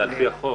זה על פי החוק.